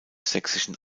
sächsischen